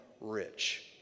rich